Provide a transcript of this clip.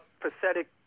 pathetic